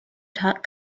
taught